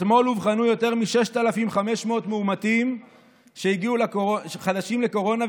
אתמול אובחנו יותר מ-6,500 מאומתים חדשים לקורונה,